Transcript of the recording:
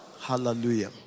Hallelujah